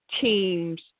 teams